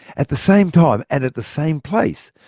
at the same time, and at the same place,